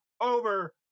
over